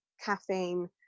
caffeine